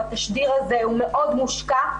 הוא מאוד מושקע.